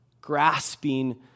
grasping